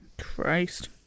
Christ